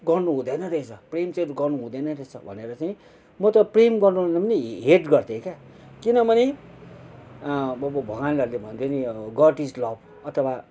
गर्नु हुँदैन रहेछ प्रेम चाहिँ गर्नु हुँदैन रहेछ भनेर चाहिँ म त प्रेम गर्नुलाई पनि हेट गर्थेँ क्या किनभने भगवान्हरूले भन्थे नि गड इज लभ अथवा